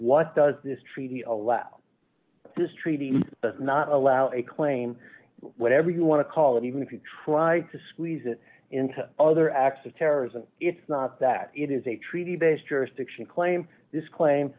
what does this treaty allow this treaty does not allow a claim whatever you want to call it even if you try to squeeze it into other acts of terrorism it's not that it is a treaty based jurisdiction claim this claim